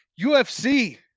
ufc